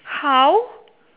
how